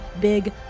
big